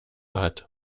hat